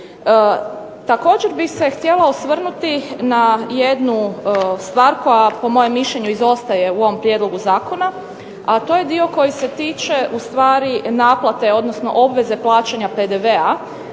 Također bih se htjela osvrnuti na jednu stvar koja po mojem mišljenju izostaje u ovom prijedlogu zakona, a to je dio koji se tiče ustvari naplate odnosno obveze plaćanja PDV-a